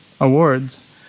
awards